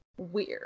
Weird